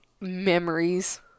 memories